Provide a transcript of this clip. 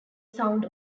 sound